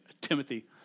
Timothy